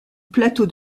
plateau